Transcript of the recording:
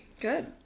Good